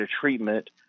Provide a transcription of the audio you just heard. treatment